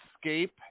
escape